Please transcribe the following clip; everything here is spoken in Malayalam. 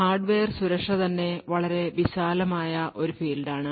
ഹാർഡ്വെയർ സുരക്ഷ തന്നെ വളരെ വിശാലമായ ഒരു ഫീൽഡാണ്